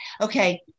okay